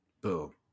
Boom